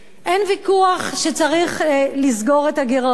אין ויכוח שצריך לסגור את הגירעון,